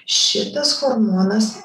šitas hormonas